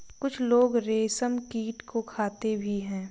कुछ लोग रेशमकीट को खाते भी हैं